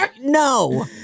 No